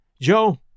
Joe